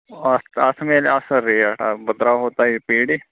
اَکھ تَتھ میٚلہِ اَصٕل ریٹ آ بہٕ ترٛاوٕہَو تۅہہِ یہِ پی ڈی